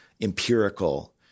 empirical